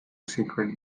secret